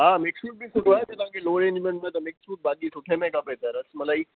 हा mix fruit बि सुठो आहे जे तव्हांखे लो रेंज में त तव्हांखे मिक्स फ़्रूट बाक़ी सुठे में खपे त रसमलाई